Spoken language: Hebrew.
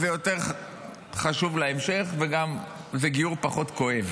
זה יותר חשוב להמשך וזה גם גיור פחות כואב,